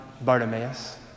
Bartimaeus